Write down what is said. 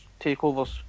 takeovers